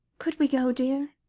could we go, dear?